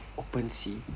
open sea